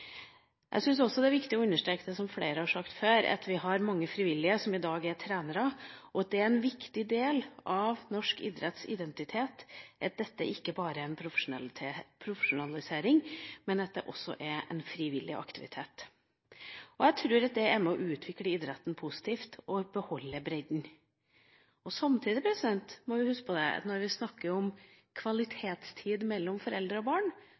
Jeg syns også det er viktig å understreke det flere har sagt før, at vi har mange frivillige som i dag er trenere, og at det er en viktig del av norsk idretts identitet at dette ikke bare er profesjonalisert, men også er en frivillig aktivitet. Jeg tror det er med på å utvikle idretten positivt og beholde bredden. Samtidig må vi huske på når vi snakker om kvalitetstid mellom foreldre og barn,